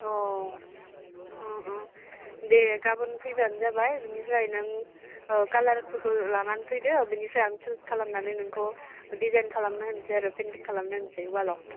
अ अ अ दे गाबोन फैबानो जाबाय बेनिफ्राय नों कालारफोरखौ लानानै फैदो बेनिफ्राय आं सुज खालामनानै नोंखौ डिजाइन खालामनो होनोसै आरो पेइन्टिं खालामनो होनोसै वालआव